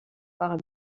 par